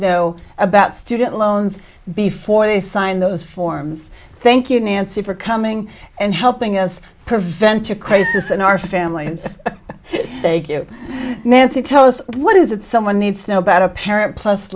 know about student loans before they sign those forms thank you nancy for coming and helping us prevent a crisis in our family thank you nancy tell us what is it someone needs to know about a parent plus